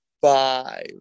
five